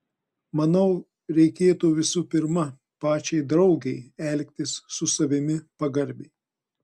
manau reikėtų visų pirma pačiai draugei elgtis su savimi pagarbiai